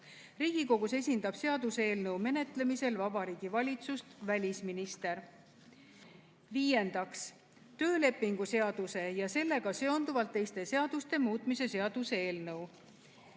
Riigikogus esindab seaduseelnõu menetlemisel Vabariigi Valitsust välisminister. Viiendaks, töölepingu seaduse ja sellega seonduvalt teiste seaduste muutmise seaduse eelnõu.